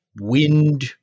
wind